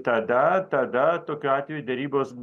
tada tada tokiu atveju derybos